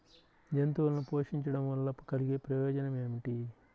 జంతువులను పోషించడం వల్ల కలిగే ప్రయోజనం ఏమిటీ?